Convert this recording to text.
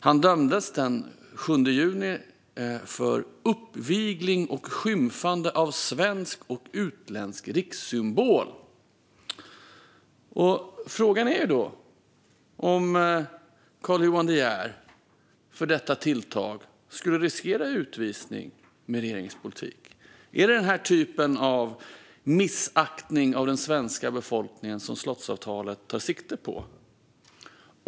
Han dömdes den 7 juni för uppvigling och skymfande av svensk och utländsk rikssymbol. Frågan är om Carl Johan De Geer för detta tilltag skulle riskera utvisning med regeringens politik. Är det denna typ av missaktning av den svenska befolkningen som slottsavtalet tar sikte på?